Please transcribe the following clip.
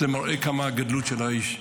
זה מראה כמה הגדלות של האיש,